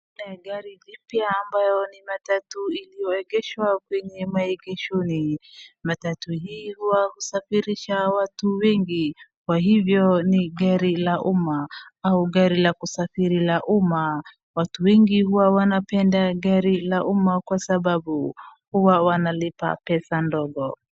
Picha ya gari jipya ambayo ni matatu iliyoegeshwa kwenye maegeshoni matatu hii husafirisha watu wengi. Kwa hivyo ni gari ya umma au gari la kusafiri la umma. Watu wengi huwa wanapenda gari la umma kwa sababu huwa wanalipa pesa ndogo.